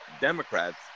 Democrats